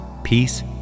peace